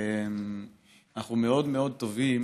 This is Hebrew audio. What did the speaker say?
אנחנו מאוד מאוד טובים